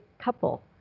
couple